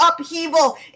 upheaval